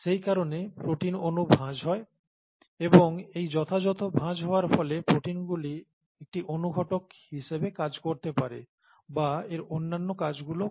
সেইকারণে প্রোটিনঅণু ভাঁজ হয় এবং এই যথাযথ ভাঁজ হওয়ার ফলে প্রোটিনগুলি একটি অণুঘটক হিসেবে কাজ করতে পারে বা এর অন্যান্য কাজগুলো করে